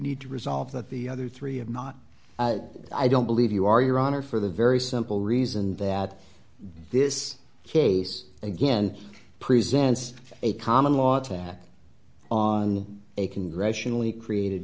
need to solve that the other three i'm not i don't believe you are your honor for the very simple reason that this case again presents a common law attack on a congressionally created